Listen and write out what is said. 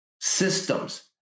Systems